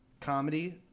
comedy